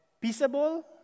peaceable